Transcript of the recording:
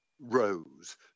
rose